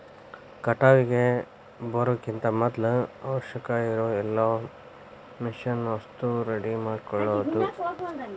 ಕಟಾವಿಗೆ ಬರುಕಿಂತ ಮದ್ಲ ಅವಶ್ಯಕ ಇರು ಎಲ್ಲಾ ಮಿಷನ್ ವಸ್ತು ರೆಡಿ ಮಾಡ್ಕೊಳುದ